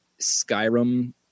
Skyrim